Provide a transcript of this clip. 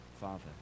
Father